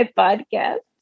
podcast